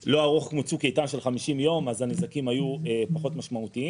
יחסית לא ארוך כמו צוק איתן של 50 יום אז הנזקים היו פחות משמעותיים.